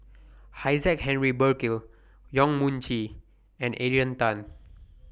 Isaac Henry Burkill Yong Mun Chee and Adrian Tan